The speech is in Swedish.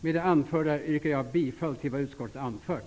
Med det anförda yrkar jag bifall till vad utskottet anfört.